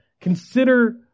Consider